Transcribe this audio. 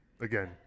again